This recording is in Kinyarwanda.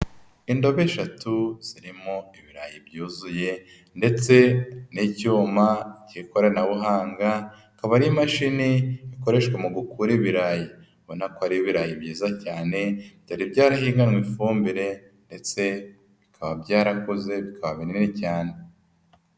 Indobe eshatu zirimo ibirayi byuzuye ndetse n'icyuma cy'ikoranabuhanga, akaba ari imashini ikoreshwa mu gukura ibirayi, ubona ko ari ibirayi byiza cyane, byari byarahiganywe ifumbire ndetse bikaba byarakuze bikaba binini cyane.